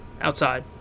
outside